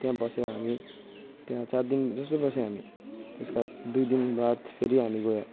त्यहाँ बसेर हामी त्यहाँ सात दिन जस्तो बस्यौँ हामी त्यसको बाद दुई दिन बाद फेरि हामी गयौँ